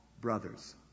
brothers